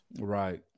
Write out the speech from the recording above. Right